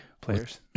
players